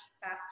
faster